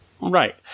Right